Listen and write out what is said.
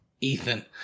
ethan